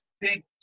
big